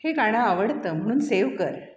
हे गाणे आवडते म्हणून सेव कर